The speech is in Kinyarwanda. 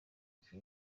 gihe